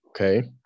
okay